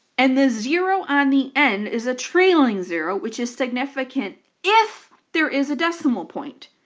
and the zero on the end is a trailing zero, which is significant if there is a decimal point.